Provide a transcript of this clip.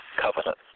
Covenant